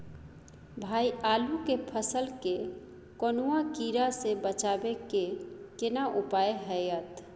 भाई आलू के फसल के कौनुआ कीरा से बचाबै के केना उपाय हैयत?